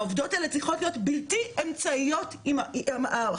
העו"סיות האלה צריכות להיות בלתי אמצעיות עם העובדות